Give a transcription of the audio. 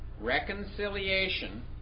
Reconciliation